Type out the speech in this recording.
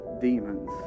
demons